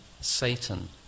Satan